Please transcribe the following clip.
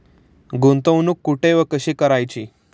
गुंतवणूक कुठे व कशी करायची?